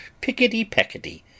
pickety-peckety